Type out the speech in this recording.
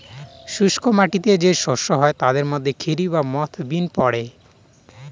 শুস্ক মাটিতে যে শস্য হয় তাদের মধ্যে খেরি বা মথ, বিন পড়ে